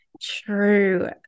true